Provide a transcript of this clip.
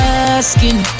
asking